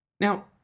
Now